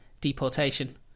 deportation